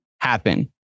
happen